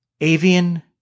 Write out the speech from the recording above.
Avian